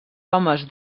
homes